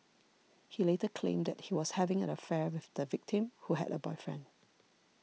he later claimed that he was having an affair with the victim who had a boyfriend